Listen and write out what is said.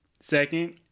Second